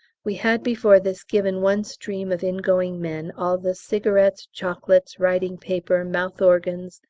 we had before this given one stream of ingoing men all the cigarettes, chocolates, writing-paper, mouth-organs,